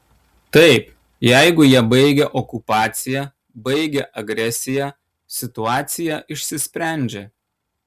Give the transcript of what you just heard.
taip jeigu jie baigia okupaciją baigia agresiją situacija išsisprendžia